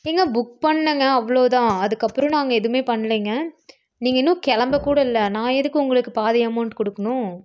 ஏங்க புக் பண்ணேங்க அவ்வளோதான் அதுக்கப்புறம் நாங்கள் எதுவுமே பண்ணலேங்க நீங்கள் இன்னும் கிளம்பக்கூட இல்லை நான் எதுக்கு உங்களுக்கு பாதி அமவுண்ட் கொடுக்கணும்